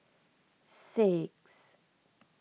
six